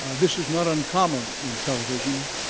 ah this is not uncommon in television,